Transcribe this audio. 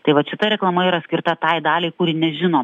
tai vat šita reklama yra skirta tai daliai kuri nežino